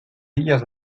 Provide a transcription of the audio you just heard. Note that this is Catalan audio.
illes